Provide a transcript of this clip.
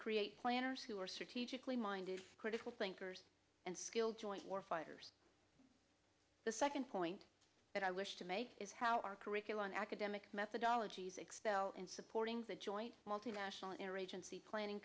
create planners who are strategically minded critical thinkers and skilled joint war fighters the second point that i wish to make is how our curriculum academic methodology is expel and supporting the joint multi national interagency planning